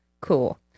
cool